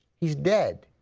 he is dead.